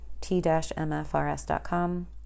t-mfrs.com